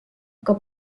aga